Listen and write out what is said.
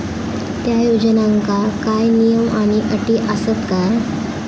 त्या योजनांका काय नियम आणि अटी आसत काय?